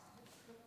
היושבת-ראש,